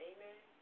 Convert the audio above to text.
Amen